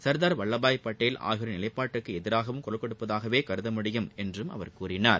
சர்தார் வல்லபாய் பட்டேல் ஆகியோரின் நிலைப்பாட்டுக்கு எதிராகவும் குரல் கொடுப்பதாகவே கருத முடியும் என்றும் அவர் கூறினார்